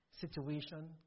situation